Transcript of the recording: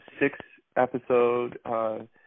six-episode